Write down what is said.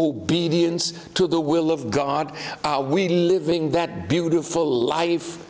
obedience to the will of god are we living that beautiful life